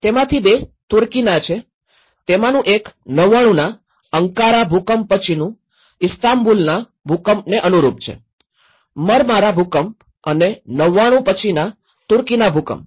તેમાંથી બે તુર્કીના છે તેમાંનું એક ૯૯ના અંકારા ભુંકંપ પછીનું ઇસ્તાંબુલના ભૂકંપને અનુરૂપ છે મરમારા ભુંકંપ અને ૯૯ પછીના તુર્કીના ભૂકંપ